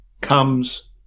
comes